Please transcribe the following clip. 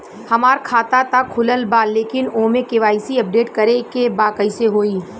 हमार खाता ता खुलल बा लेकिन ओमे के.वाइ.सी अपडेट करे के बा कइसे होई?